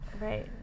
right